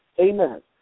Amen